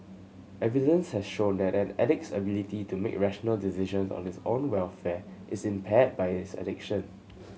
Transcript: evidence has shown that an addict's ability to make rational decisions on his own welfare is impaired by his addiction